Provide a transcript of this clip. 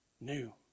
new